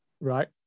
right